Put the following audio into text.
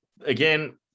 Again